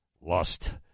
Lust